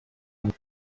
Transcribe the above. amb